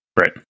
Right